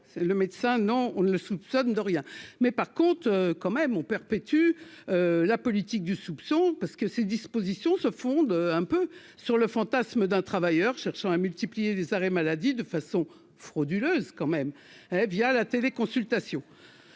le médecin non, on ne le sous. Nous sommes de rien mais par contre, quand même, on perpétue la politique du soupçon, parce que ces dispositions se fonde un peu sur le fantasme d'un travailleur cherchant à multiplier les arrêts maladie de façon frauduleuse quand même via la télé consultation